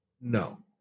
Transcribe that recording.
no